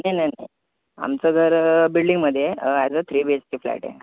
नाही नाही नाही आमचं घर बिल्डींगमध्ये आहे as a three B H K flat आहे